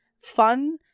fun